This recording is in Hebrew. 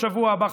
בשבוע הבא,